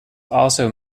also